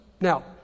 Now